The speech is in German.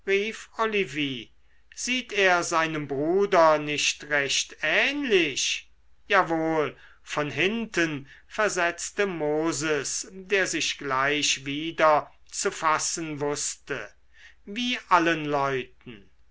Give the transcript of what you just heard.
olivie sieht er seinem bruder nicht recht ähnlich jawohl von hinten versetzte moses der sich gleich wieder zu fassen wußte wie allen leuten